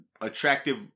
attractive